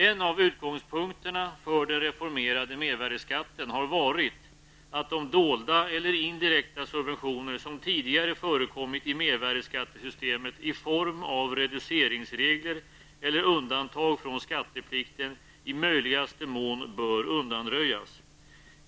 En av utgångspunkterna för den reformerade mervärdeskatten har varit att de dolda eller indirekta subventioner som tidigare förekommit i mervärdeskattesystemet i form av reduceringsregler eller undantag från skatteplikten i möjligaste mån bör undanröjas.